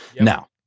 Now